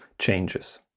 changes